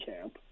camp